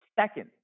second